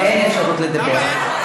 אין אפשרות לדבר.